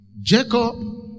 Jacob